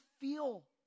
feel